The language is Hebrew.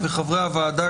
וחברי הוועדה,